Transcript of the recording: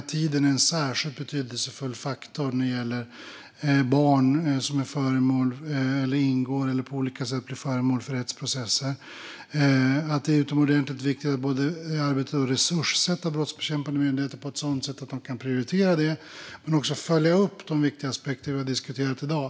Tiden är en särskilt betydelsefull faktor när det gäller barn som på olika sätt är föremål för rättsprocesser. Det är utomordentligt viktigt att arbets och resurssätta brottsbekämpande myndigheter på ett sådant sätt att de kan prioritera barnen och följa upp de viktiga aspekter vi har diskuterat i dag.